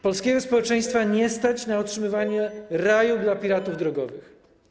Polskiego społeczeństwa nie stać na utrzymywanie raju dla piratów drogowych.